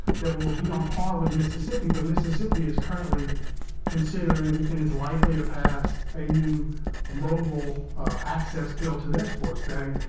that will will be on par with mississippi. but mississippi is currently considering and is likely to pass a new mobile access bill to their sports betting.